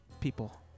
people